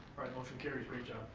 right, motion carries, great job,